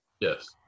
Yes